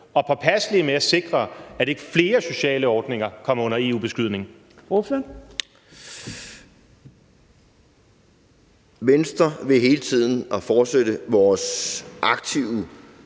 og påpasselig med at sikre, at ikke flere sociale ordninger kommer under EU-beskydning?